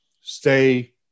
stay